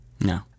No